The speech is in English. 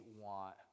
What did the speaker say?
want